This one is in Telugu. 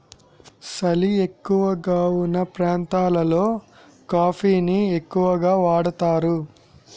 సలి ఎక్కువగావున్న ప్రాంతాలలో కాఫీ ని ఎక్కువగా వాడుతారు